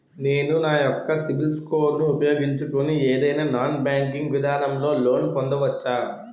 నేను నా యెక్క సిబిల్ స్కోర్ ను ఉపయోగించుకుని ఏదైనా నాన్ బ్యాంకింగ్ విధానం లొ లోన్ పొందవచ్చా?